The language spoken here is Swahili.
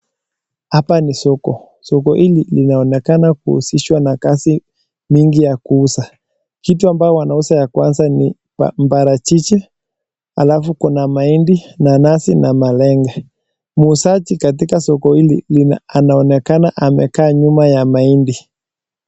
Hapa ni soko. Soko hili inaonekana kuhusishwa na kazi nyingi ya kuuza. Kitu ambayo wanauza ya kwanza ni: parachichi, halafu kuna mahindi, nanasi na malenge. Muuzaji katika soko hili anaonekana amekaa nyuma ya mahindi.